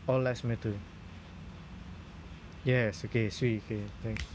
all lives matter yes okay sweet kay thanks